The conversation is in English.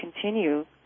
continue